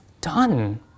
done